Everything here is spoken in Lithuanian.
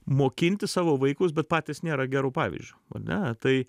mokinti savo vaikus bet patys nėra geru pavyzdžiu ane tai